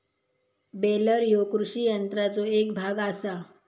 baler ह्यो कृषी यंत्राचो एक भाग आसा